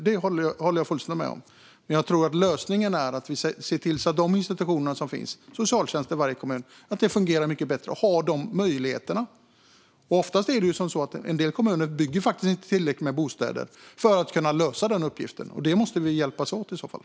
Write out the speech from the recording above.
Det håller jag fullständigt med om, men jag tror att lösningen är att se till att de institutioner som finns - socialtjänsten i varje kommun - fungerar bättre och har möjlighet att hjälpa till. En del kommuner bygger faktiskt inte tillräckligt med bostäder för att kunna lösa den uppgiften, och där måste vi hjälpas åt i så fall.